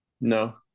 No